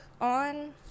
on